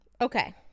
Okay